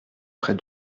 près